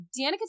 Danica